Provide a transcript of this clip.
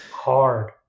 hard